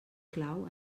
clau